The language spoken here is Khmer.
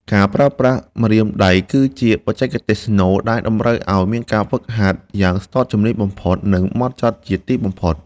ការប្រើប្រាស់ម្រាមដៃគឺជាបច្ចេកទេសស្នូលដែលតម្រូវឱ្យមានការហ្វឹកហាត់យ៉ាងស្ទាត់ជំនាញបំផុត និង ហ្មត់ចត់ជាទីបំផុត។